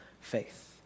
faith